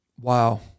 Wow